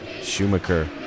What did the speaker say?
Schumacher